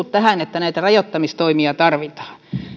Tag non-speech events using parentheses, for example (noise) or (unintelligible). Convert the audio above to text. (unintelligible) tähän että näitä rajoittamistoimia tarvitaan